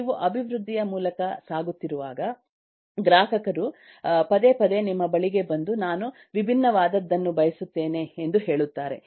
ನೀವು ಅಭಿವೃದ್ಧಿಯ ಮೂಲಕ ಸಾಗುತ್ತಿರುವಾಗ ಗ್ರಾಹಕರು ಪದೇ ಪದೇ ನಿಮ್ಮ ಬಳಿಗೆ ಬಂದು ನಾನು ವಿಭಿನ್ನವಾದದ್ದನ್ನು ಬಯಸುತ್ತೇನೆ ಎಂದು ಹೇಳುತ್ತಾರೆ